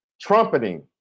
trumpeting